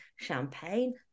champagne